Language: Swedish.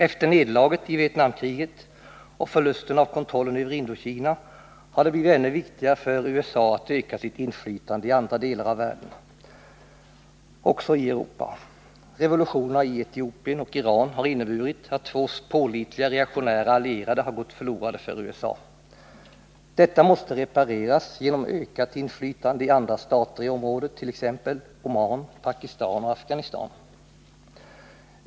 Efter nederlaget i Vietnamkriget och förlusten av kontrollen över Indokina har det blivit ännu viktigare för USA att öka sitt inflytande i andra delar av världen, också i Europa. Revolutionerna i Etiopien och Iran har inneburit att två pålitliga, reaktionära allierade har gått förlorade för USA. Detta måste repareras genom ökat inflytande i andra stater i området, t.ex. Oman, Pakistan och Afghanistan.